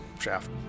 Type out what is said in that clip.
Shaft